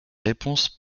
réponses